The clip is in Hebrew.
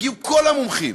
הגיעו כל המומחים